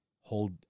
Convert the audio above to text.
hold